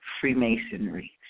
Freemasonry